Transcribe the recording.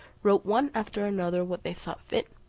wrote one after another what they thought fit.